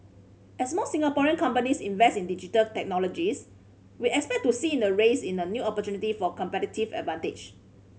as more Singapore companies invest in Digital Technologies we expect to see in a rise in a new opportunity for competitive advantage